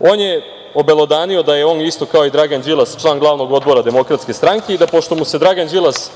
On je obelodanio da je on, isto kao i Dragan Đilas, član glavnog odbora DS i da pošto mu se Dragan Đilas